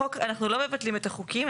אנחנו לא מבטלים את החוקים.